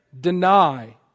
deny